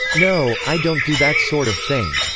no, i don't do that sort of thing.